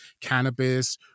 cannabis